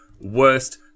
worst